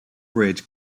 bridge